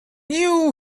you